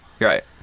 right